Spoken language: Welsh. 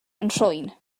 nhrwyn